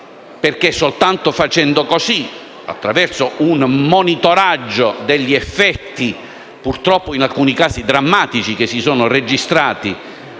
perché soltanto attraverso un monitoraggio degli effetti (purtroppo in alcuni casi drammatici) che si sono registrati